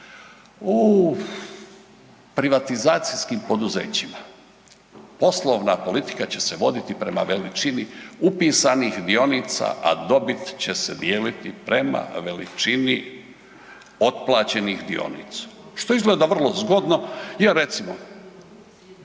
„u privatizacijskim poduzećima poslovna politika će se voditi prema veličini upisanih dionica, a dobit će se dijeliti prema veličini otplaćenih dionica“, što izgleda vrlo zgodno jer recimo,